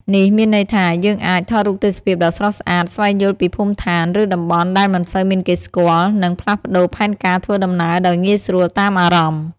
នេះមានន័យថា យើងអាច ថតរូបទេសភាពដ៏ស្រស់ស្អាត ស្វែងយល់ពីភូមិឋាន ឬតំបន់ដែលមិនសូវមានគេស្គាល់ និងផ្លាស់ប្តូរផែនការធ្វើដំណើរដោយងាយស្រួលតាមអារម្មណ៍។